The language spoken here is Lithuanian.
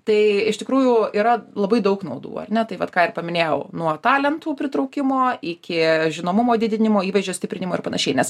tai iš tikrųjų yra labai daug naudų ar ne tai vat ką paminėjau nuo talentų pritraukimo iki žinomumo didinimo įvaizdžio stiprinimo ir panašiai nes